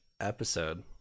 episode